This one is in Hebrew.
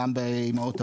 גם באימהות הבית,